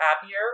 happier